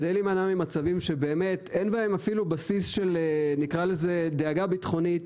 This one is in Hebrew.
כדי להימנע ממצבים שבאמת אין לזה בסיס של נקרא לזה דאגה ביטחונית,